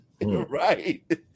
right